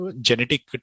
genetic